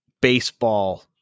baseball